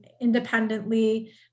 independently